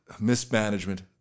mismanagement